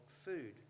food